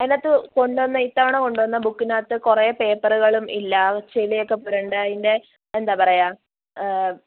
അതിനകത്ത് കൊണ്ടുവന്ന ഇത്തവണ കൊണ്ട് വന്ന ബുക്കിനകത്ത് കുറെ പേപ്പറുകളും ഇല്ല ചെളിയൊക്കെ പുരണ്ട് അതിന്റെ എന്താ പറയുക